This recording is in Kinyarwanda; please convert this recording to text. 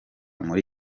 muri